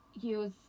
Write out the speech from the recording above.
use